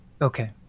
Okay